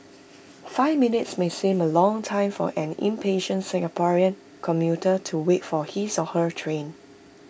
five minutes may seem A long time for an impatient Singaporean commuter to wait for his or her train